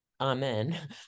Amen